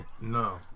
No